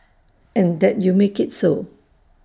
and that you make IT so